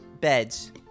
Beds